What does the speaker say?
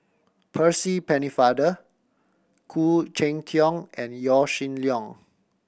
Percy Pennefather Khoo Cheng Tiong and Yaw Shin Leong